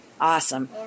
Awesome